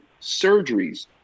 surgeries